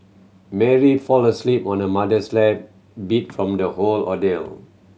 Mary fell asleep on her mother's lap beat from the whole ordeal